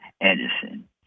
Edison